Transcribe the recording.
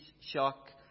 shock